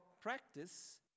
practice